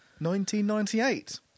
1998